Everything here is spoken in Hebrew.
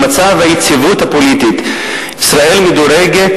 במצב היציבות הפוליטית ישראל מדורגת